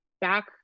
back